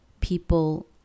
people